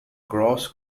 cross